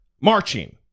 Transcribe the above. marching